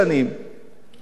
ואחרי זה לסעודיה,